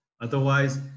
Otherwise